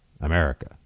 America